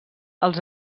els